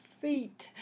feet